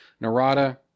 narada